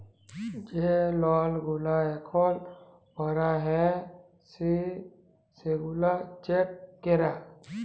যে লল গুলা এখল ভরা হ্যয় লি সেগলা চ্যাক করা